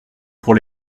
pour